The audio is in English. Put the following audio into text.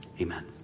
Amen